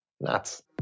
nuts